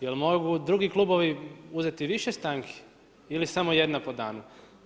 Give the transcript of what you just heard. Jel' mogu drugi klubovi uzeti više stanki ili samo jedna po danu?